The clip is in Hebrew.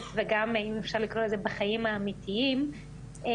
לכן אני אשמח לקבל על בעייתיות שעולה מהשטח,